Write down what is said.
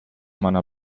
meiner